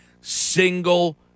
single